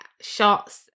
shots